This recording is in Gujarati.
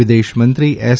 વિદેશ મંત્રી એસ